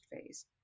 phase